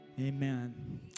amen